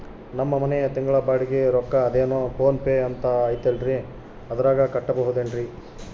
ನಮ್ಮ ಮನೆಯ ತಿಂಗಳ ಬಾಡಿಗೆ ರೊಕ್ಕ ಅದೇನೋ ಪೋನ್ ಪೇ ಅಂತಾ ಐತಲ್ರೇ ಅದರಾಗ ಕಟ್ಟಬಹುದೇನ್ರಿ?